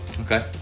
okay